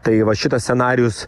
tai va šitas scenarijus